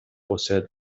possèdent